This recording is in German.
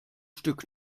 stück